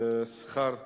שכר דירה.